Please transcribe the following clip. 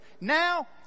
Now